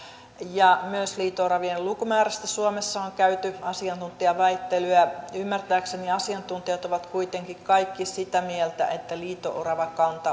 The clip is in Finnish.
ja myös liito oravien lukumäärästä suomessa on on käyty asiantuntijaväittelyä ymmärtääkseni asiantuntijat ovat kuitenkin kaikki sitä mieltä että liito oravakanta